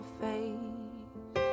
face